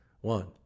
One